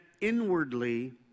inwardly